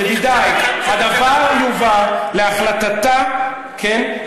ידידי, הדבר יובא להחלטתה, כן?